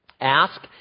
ask